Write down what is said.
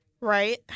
Right